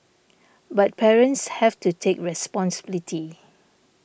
but parents have to take responsibility